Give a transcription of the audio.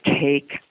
take